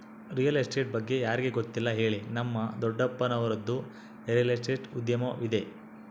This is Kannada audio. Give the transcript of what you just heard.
ರಿಯಲ್ ಎಸ್ಟೇಟ್ ಬಗ್ಗೆ ಯಾರಿಗೆ ಗೊತ್ತಿಲ್ಲ ಹೇಳಿ, ನಮ್ಮ ದೊಡ್ಡಪ್ಪನವರದ್ದು ರಿಯಲ್ ಎಸ್ಟೇಟ್ ಉದ್ಯಮವಿದೆ